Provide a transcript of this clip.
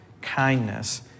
kindness